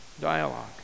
dialogue